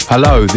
Hello